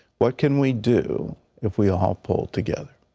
what can we do if we all pull together?